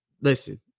Listen